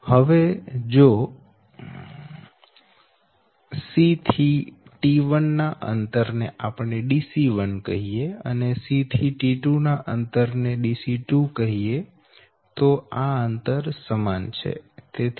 હવે જો c થી T1 ના અંતર ને આપણે Dc1 કહીએ અને c થી T2 ને Dc2 કહીએ તો આ અંતર સમાન છે